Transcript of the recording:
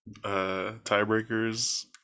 tiebreakers